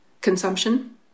consumption